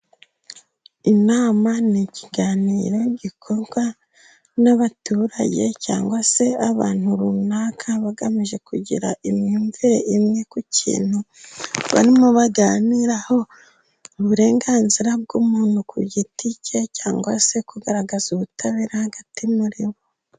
Inama ni ikiganiro gikorwa n'abaturage cyangwa se abantu runaka, bagamije kugira imyumvire imwe ku kintu barimo baganiriraho, uburenganzira bw'umuntu ku giti cye cyangwa se kugaragaza ubutabera hagati muri bo.